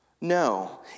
No